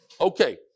Okay